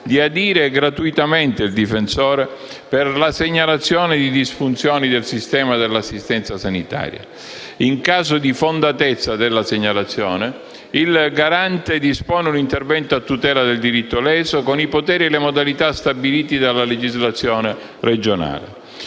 di adire gratuitamente il difensore per la segnalazione di disfunzioni del sistema dell'assistenza sanitaria; in caso di fondatezza della segnalazione, il garante dispone un intervento a tutela del diritto leso, con i poteri e le modalità stabiliti dalla legislazione regionale.